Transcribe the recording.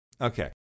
Okay